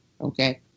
okay